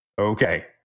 Okay